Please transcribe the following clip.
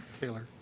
Taylor